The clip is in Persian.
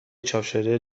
چاپشده